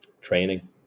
training